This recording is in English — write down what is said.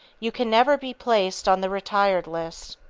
you can never be placed on the retired list.